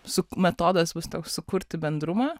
suk metodas bus toks sukurti bendrumą